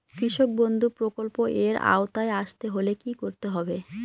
কৃষকবন্ধু প্রকল্প এর আওতায় আসতে হলে কি করতে হবে?